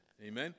Amen